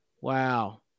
Wow